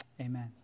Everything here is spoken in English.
Amen